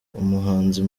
umuhanzi